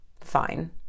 Fine